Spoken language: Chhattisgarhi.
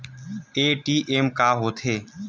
ए.टी.एम का होथे?